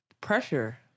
pressure